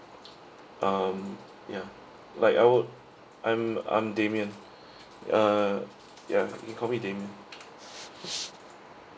um ya like I would I'm I'm demian uh ya you can call me demian